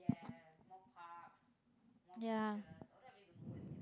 ya